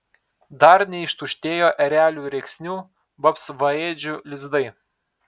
dar neištuštėjo erelių rėksnių vapsvaėdžių lizdai